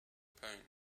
pain